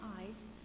eyes